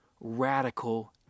radical